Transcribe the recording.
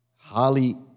Holly